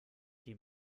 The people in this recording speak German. die